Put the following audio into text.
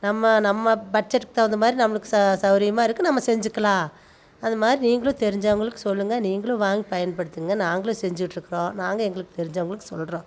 நம்ம நம்ம பட்ஜெட்டுக்கு தகுந்த மாதிரி நம்மளுக்கு ச சௌரியமாக இருக்குது நம்ம செஞ்சிக்கலாம் அது மாதிரி நீங்களும் தெரிஞ்சவங்களுக்கு சொல்லுங்க நீங்களும் வாங்கி பயன்படுத்துங்க நாங்களும் செஞ்சிட்டு இருக்கிறோம் நாங்கள் எங்களுக்கு தெரிஞ்சவங்களுக்கு சொல்கிறோம்